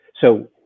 so-